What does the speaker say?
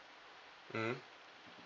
mm